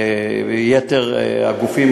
ויתר הגופים,